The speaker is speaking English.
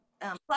plus